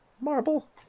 Marble